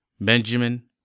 Benjamin